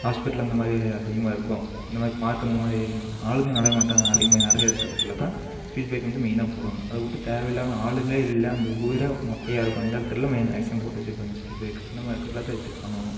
hospital அந்த மாதிரி அதிகமாக இருக்கும் அந்த மாதிரி பார்க் அந்த மாதிரி ஆளுங்கள் நடமாட்டம் அதிகமாக நிறைய இருக்கிற இடத்துல தான் ஸ்பீட் ப்ரேக் வந்து மெயினாக போடணும் அதை விட்டு தேவையில்லாமல் ஆளுங்களே இல்லை அந்த ஊரே மொட்டையாக இருக்கும் அந்த இடத்துல மே மேக்ஸிமம் போட்டு வெச்சிருப்பாங்க ஸ்பீட் ப்ரேக் அந்த மாதிரி இருக்க இடத்துல தான் இது பண்ணணும்